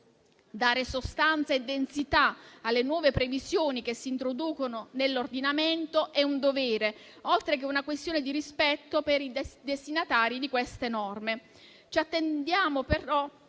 Dare sostanza e densità alle nuove previsioni che si introducono nell'ordinamento è un dovere, oltre che una questione di rispetto per i destinatari di queste norme. Ci attendiamo perciò